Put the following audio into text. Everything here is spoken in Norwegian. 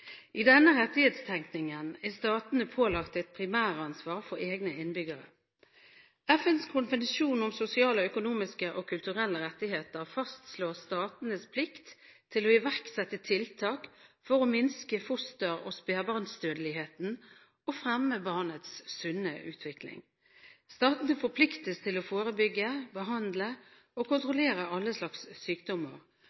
I denne rettighetstenkningen er statene pålagt et primæransvar for egne innbyggere. FNs konvensjon om sosiale, økonomiske og kulturelle rettigheter fastslår statenes plikt til å iverksette tiltak for å minske foster- og spedbarnsdødeligheten og fremme barnets sunne utvikling. Statene forpliktes til å forebygge, behandle og